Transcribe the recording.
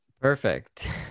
Perfect